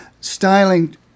styling